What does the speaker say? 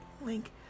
link